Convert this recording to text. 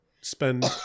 spend